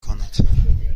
کند